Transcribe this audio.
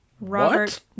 robert